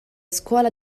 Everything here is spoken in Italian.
scuola